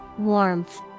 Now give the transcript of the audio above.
Warmth